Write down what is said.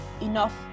enough